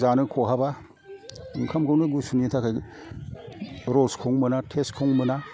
जानो खहाबा ओंखामखौनो गुसुनि थाखाय रसखौनो मोना टेष्टखौनो मोना